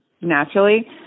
naturally